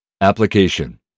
Application